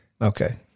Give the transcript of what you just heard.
Okay